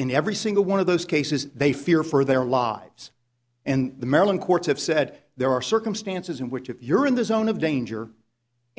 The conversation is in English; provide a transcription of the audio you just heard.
in every single one of those cases they fear for their lives and the maryland courts have said there are circumstances in which if you're in the zone of danger